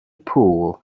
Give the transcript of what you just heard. pool